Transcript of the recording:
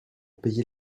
payer